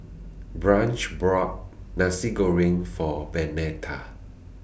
Branch bought Nasi Goreng For Bernetta